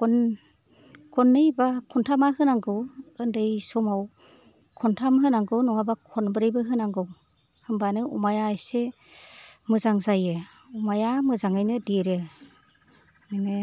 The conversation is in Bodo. खननै बा खनथामा होनांगौ उन्दै समाव खनथाम होनांगौ नङाबा खनब्रैबो होनांगौ होमबानो अमाया इसे मोजां जायो अमाया मोजाङैनो देरो बिदिनो